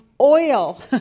oil